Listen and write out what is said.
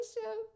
show